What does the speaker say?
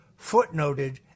footnoted